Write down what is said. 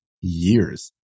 years